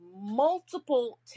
multiple